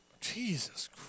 Jesus